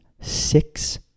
six